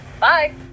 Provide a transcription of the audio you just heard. Bye